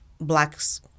blacks